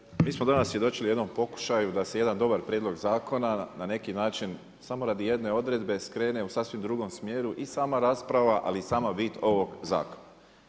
Kolega Miro, mi smo danas svjedočili jednom pokušaju da se jedan dobar prijedlog zakona, na neki način samo radi jedne odredbe skrene u sasvim drugom smjeru i sama rasprava, ali i sama bit ovog zakona.